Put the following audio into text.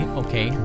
okay